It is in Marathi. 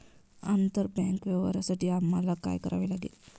आंतरबँक व्यवहारांसाठी आम्हाला काय करावे लागेल?